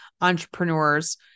entrepreneurs